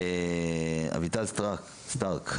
אביטל סטרק,